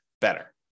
better